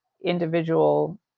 individual